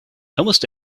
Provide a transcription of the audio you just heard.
almost